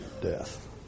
death